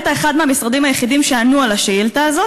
היית אחד מהמשרדים היחידים שענו על השאילתה הזאת,